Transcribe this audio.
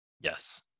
Yes